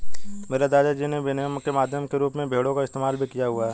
मेरे दादा जी ने विनिमय के माध्यम के रूप में भेड़ों का इस्तेमाल भी किया हुआ है